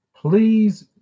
please